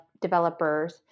developers